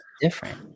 different